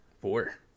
four